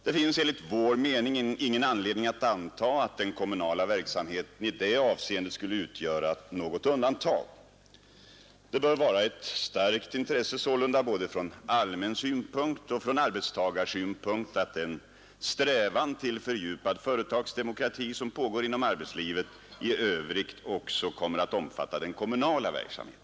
Det finns enligt vår mening ingen anledning att anta att den kommunala verksamheten i detta avseende Nr 95 skulle utgöra något undantag. Det bör sålunda vara ett starkt intresse Onsdagen den både från allmän synpunkt och från arbetstagarsynpunkt att den strävan 31 maj 1972 till fördjupad företagsdemokrati som pågår inom arbetslivet i övrigt också — kommer att omfatta den kommunala verksamheten.